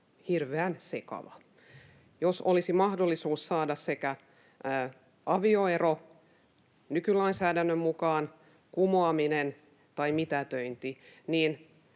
hirveän sekava. Jos olisi mahdollisuus saada avioero nykylainsäädännön mukaan, kumoaminen tai mitätöinti, niin